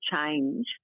change